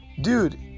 dude